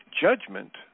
judgment